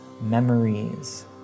memories